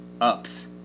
ups